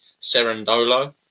serendolo